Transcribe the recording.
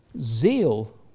zeal